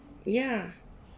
ya